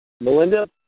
melinda